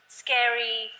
scary